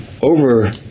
over